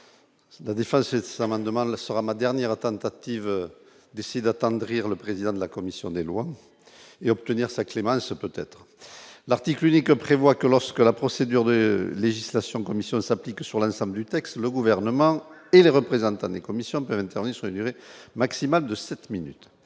sa main demande la ce sera ma dernière à tentative décide attendrir le président de la commission des lois, et obtenir sa clémence peut-être l'article unique prévoit que lorsque la procédure de législation commission s'applique sur l'ensemble du texte, le gouvernement et les représentants des commissions d'intervention hier et maximale de 7 minutes